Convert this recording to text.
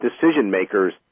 decision-makers